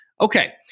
Okay